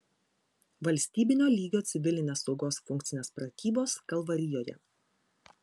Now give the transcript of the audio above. valstybinio lygio civilinės saugos funkcinės pratybos kalvarijoje